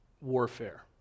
warfare